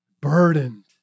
burdened